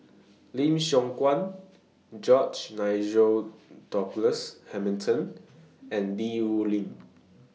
Lim Siong Guan George Nigel Douglas Hamilton and Li Rulin